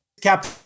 cap